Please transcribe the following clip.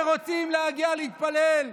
שרוצים להגיע להתפלל,